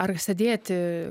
ar sėdėti